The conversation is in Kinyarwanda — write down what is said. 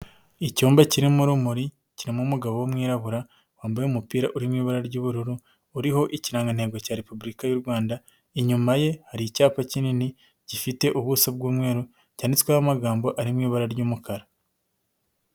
Icyumba kirimo urumuri kirimo umugabo w'umwirabura wambaye umupira uri mu ibara ry'ubururu uriho ikirangantego cya Repubulika y'u Rwanda, inyuma ye hari icyapa kinini gifite ubuso bw'umweru cyanditsweho amagambo ari mu ibara ry'umukara.